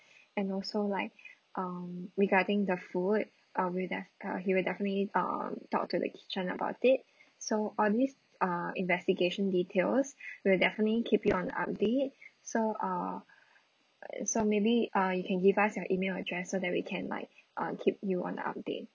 and also like um regarding the food uh we'll def~ uh he'll definitely uh talk to the kitchen about it so all these uh investigation details we'll definitely keep you on update so uh so maybe uh you can give us your email address so that we can like uh keep you on the update